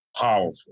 powerful